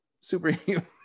superhuman